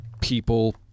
people